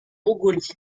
mongolie